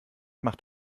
macht